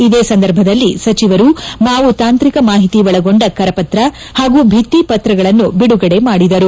ಇದೇ ಸಂದರ್ಭದಲ್ಲಿ ಸಚಿವರು ಮಾವು ತಾಂತ್ರಿಕ ಮಾಹಿತಿ ಒಳಗೊಂಡ ಕರಪತ್ರ ಹಾಗೂ ಭಿತ್ತಿ ಪತ್ರಗಳನ್ನು ಬಿಡುಗಡೆ ಮಾಡಿದರು